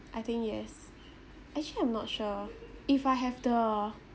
I think yes actually I'm not sure if I have the